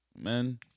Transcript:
Men